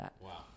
Wow